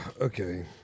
Okay